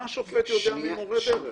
מה שופט יודע על מורי דרך?